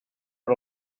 per